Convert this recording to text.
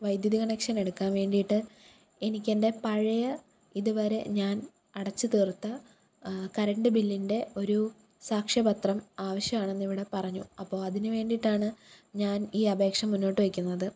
വൈദ്യുതി കണക്ഷൻ എടുക്കാൻ വേണ്ടീട്ട് എനിക്ക് എൻ്റെ പഴയ ഇതുവരെ ഞാൻ അടച്ച് തീർത്ത കരണ്ട് ബില്ലിൻ്റെ ഒരു സാക്ഷ്യപത്രം ആവശ്യമാണെന്ന് ഇവിടെ പറഞ്ഞു അപ്പോൾ അതിനു വേണ്ടിയിട്ടാണ് ഞാൻ ഈ അപേക്ഷ മുന്നോട്ടുവയ്ക്കുന്നത്